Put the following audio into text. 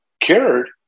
cured